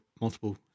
multiple